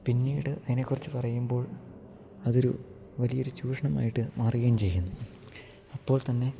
പിന്നീട് അതിനെ കുറിച്ച് പറയുമ്പോൾ അതൊരു വലിയൊരു ചൂഷണമായിട്ട് മാറുകയും ചെയ്യുന്നു അപ്പോൾ തന്നെ